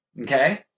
okay